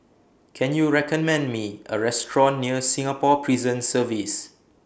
Can YOU recommend Me A Restaurant near Singapore Prison Service